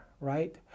right